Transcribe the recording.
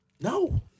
No